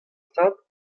stad